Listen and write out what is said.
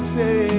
say